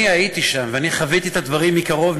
אני הייתי שם ואני חוויתי את הדברים מקרוב,